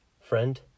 Friend